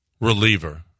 reliever